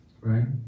right